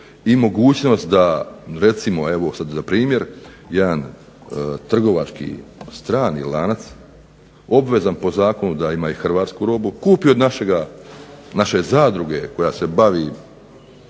i mogućnost da recimo evo sad za primjer, jedan trgovački strani lanac obvezan po zakonu da ima i hrvatsku robu kupi od naše zadruge koja se bavi